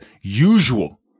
usual